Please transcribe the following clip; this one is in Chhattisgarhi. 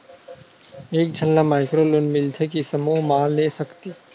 एक झन ला माइक्रो लोन मिलथे कि समूह मा ले सकती?